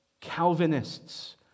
Calvinists